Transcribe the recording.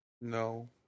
No